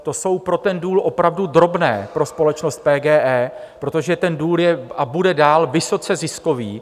To jsou pro ten důl opravdu drobné, pro společnost PGE, protože ten důl je a bude dál vysoce ziskový.